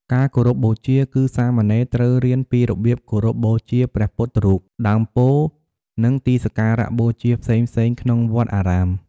ការគោរពបូជា គឺសាមណេរត្រូវរៀនពីរបៀបគោរពបូជាព្រះពុទ្ធរូប ដើមពោធិ៍ និងទីសក្ការៈបូជាផ្សេងៗក្នុងវត្តអារាម។